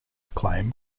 acclaim